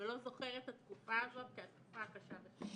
ולא זוכר את התקופה הזאת כתקופה הקשה בחייו.